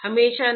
हमेशा नहीं